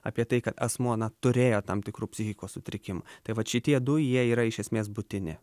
apie tai kad asmuo na turėjo tam tikrų psichikos sutrikimų tai vat šitie du jie yra iš esmės būtini